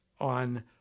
on